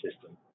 system